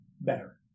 better